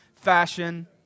fashion